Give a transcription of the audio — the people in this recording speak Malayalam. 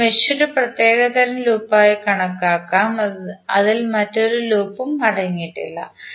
അതിനാൽ മെഷ് ഒരു പ്രത്യേക തരം ലൂപ്പായി കണക്കാക്കാം അതിൽ മറ്റൊരു ലൂപ്പും അടങ്ങിയിട്ടില്ല